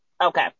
Okay